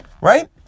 Right